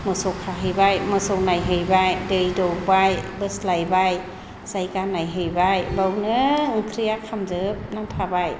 मोसौ खाहैबाय मोसौ नायहैबाय दै दौबाय बोस्लायबाय जायगा नायहैबाय बावनो ओंख्रिया खामजोबनानै थाबाय